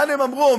לאן הם עברו,